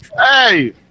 Hey